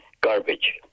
garbage